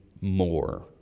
more